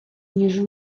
ніж